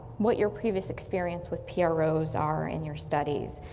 what your previous experience with pros are in your studies.